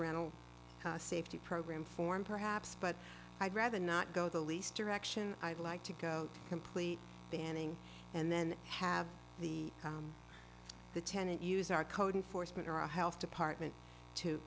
rental safety program form perhaps but i'd rather not go the least direction i'd like to go to complete banning and then have the the tenant use our code enforcement or our health department to